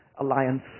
alliance